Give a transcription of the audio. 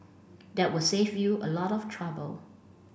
that would save you a lot of trouble